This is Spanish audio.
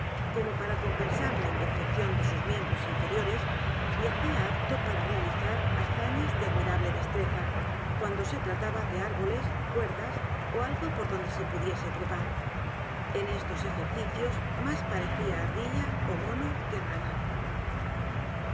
como para compensar la imperfección de sus miembros inferiores le hacía a p t a p a r a realizar hazañas de admirable destreza cuando se trataba de árboles cuerdas ó algo por donde se pudiese t r e p a r en estos ejercicios más parecía ardilla ómono